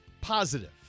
positive